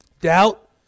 Doubt